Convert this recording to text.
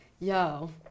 Yo